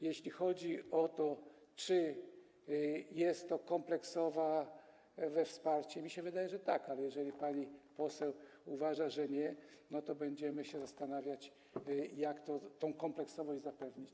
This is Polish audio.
Jeśli chodzi o to, czy jest to kompleksowe wsparcie, to mnie się wydaje, że tak, ale jeżeli pani poseł uważa, że nie, to będziemy się zastanawiać, jak tę kompleksowość zapewnić.